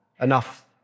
enough